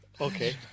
Okay